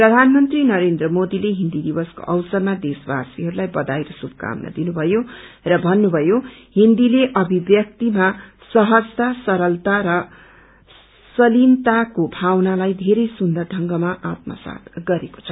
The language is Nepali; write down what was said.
प्रधानमन्त्री नरेन्द्र मोदीले हिन्दी दिवसको अवसरमा देशवासिहरूलाई बधाई र शुभकामना दिनुभयो र भन्नुभयो हिन्दीले अभिब्यक्तिमा सहजता सरलता र शलीनताको भावनालाई धेरै सुन्दर ढंगमा आत्मासात गरेको छ